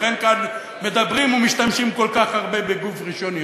לכן כאן מדברים ומשתמשים כל כך הרבה בגוף ראשון יחיד,